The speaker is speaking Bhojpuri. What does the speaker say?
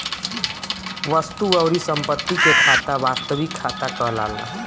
वस्तु अउरी संपत्ति के खाता वास्तविक खाता कहलाला